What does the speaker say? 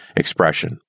expression